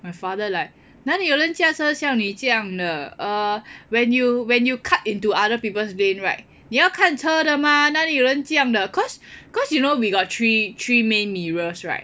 my father like 哪里有人驾车像你这样的 err when you when you cut into other people's lane right 你要看车的吗哪里有人这样的 cause cause you know we got three three main mirrors right